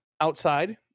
outside